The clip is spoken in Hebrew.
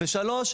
ושלוש,